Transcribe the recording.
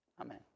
amen